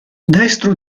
destro